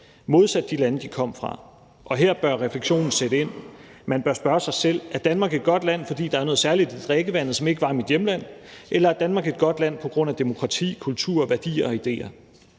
modsat de lande, de kom fra. Og her bør refleksionen sætte ind. Man bør spørge sig selv: Er Danmark et godt land, fordi der er noget særligt i drikkevandet, som der ikke var i mit hjemland, eller er Danmark et godt land på grund af demokrati, kultur, værdier og idéer?